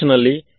ಹೌದು